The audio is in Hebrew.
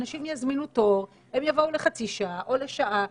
אנשים יזמינו תור, יבואו לחצי שעה או שעה.